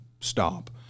stop